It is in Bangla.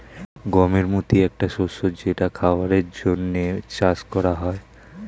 গমের মতি একটা শস্য যেটা খাবারের জন্যে চাষ করা হয়